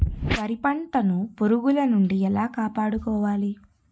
వరి పంటను పురుగుల నుండి ఎలా కాపాడుకోవాలి?